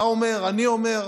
אתה אומר, אני אומר,